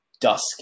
dusk